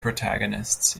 protagonists